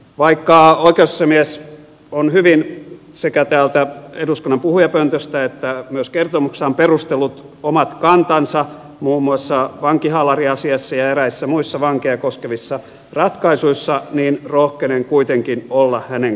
vaikka oikeusasiamies on hyvin sekä täältä eduskunnan puhujapöntöstä että myös kertomuksessaan perustellut omat kantansa muun muassa vankihaalariasiassa ja eräissä muissa vankeja koskevissa ratkaisuissa niin rohkenen kuitenkin olla hänen kanssaan eri mieltä